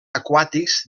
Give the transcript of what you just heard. aquàtics